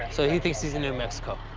so he thinks he's in new mexico.